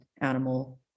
animal